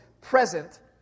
present